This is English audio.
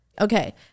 Okay